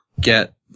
get